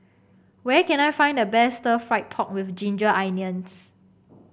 where can I find the best Stir Fried Pork with Ginger Onions